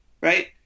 right